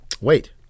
Wait